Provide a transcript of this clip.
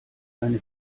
eine